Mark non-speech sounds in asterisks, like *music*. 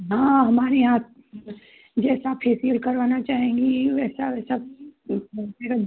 हाँ हमारे यहाँ *unintelligible* जैसा फेसियल करवाना चाहेंगी वैसा वैसा *unintelligible*